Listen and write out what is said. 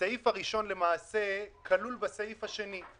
ההוצאה הממשלתית כאמור בסעיף קטן (ב),